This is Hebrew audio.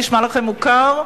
נשמע לכם מוכר?